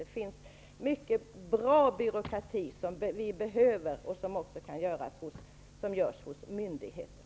Det finns mycket av bra byråkrati som behövs och som handhas av myndigheter.